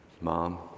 mom